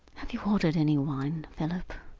have you ordered any wine, philip?